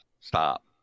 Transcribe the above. Stop